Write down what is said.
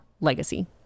legacy